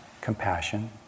compassion